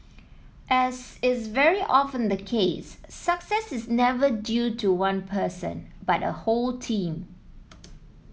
as is very often the case success is never due to one person but a whole team